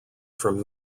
from